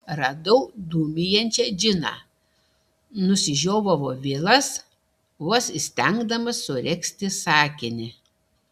radau dūmijančią džiną nusižiovavo vilas vos įstengdamas suregzti sakinį